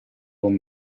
con